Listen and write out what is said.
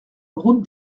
route